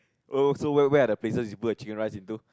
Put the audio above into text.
oh so where where are the places you put the chicken rice into